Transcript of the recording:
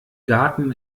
garten